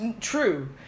True